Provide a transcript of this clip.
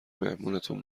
مهمونتون